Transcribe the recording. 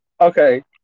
Okay